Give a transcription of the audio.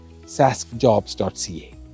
saskjobs.ca